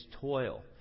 toil